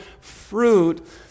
fruit